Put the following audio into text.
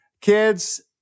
kids